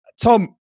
tom